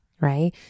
right